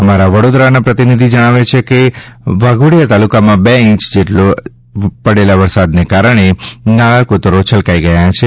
અમારા વડોદરાના પ્રતિનિધિ જણાવે છે કે વાઘોડિયા તાલુકામાં બે ઇંચ જેટલા પડેલા વરસાદના કારણે નાળા કોતરો છલકાઈ ગયા છે